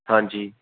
ਹਾਂਜੀ